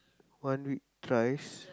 one week thrice